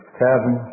seven